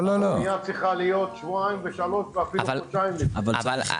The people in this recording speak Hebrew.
הפנייה צריכה להיות שבועיים ושלוש ואפילו חודשיים לפני.